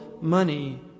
money